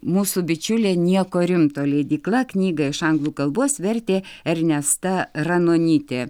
mūsų bičiulė nieko rimto leidykla knygą iš anglų kalbos vertė ernesta ranonytė